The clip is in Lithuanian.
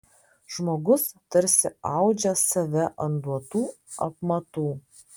žmogus tarsi audžia save ant duotų apmatų